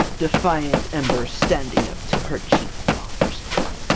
defiant ember standing up to her chief father, cutter!